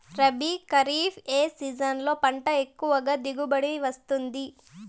రబీ, ఖరీఫ్ ఏ సీజన్లలో పంట ఎక్కువగా దిగుబడి వస్తుంది